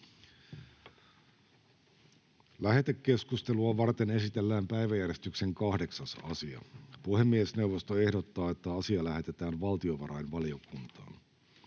Lähetekeskustelua varten esitellään päiväjärjestyksen 8. asia. Puhemiesneuvosto ehdottaa, että asia lähetetään valtiovarainvaliokuntaan.